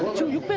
to you